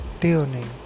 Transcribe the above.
Tuning